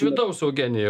vidaus eugenijau